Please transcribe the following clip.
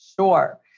Sure